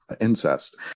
incest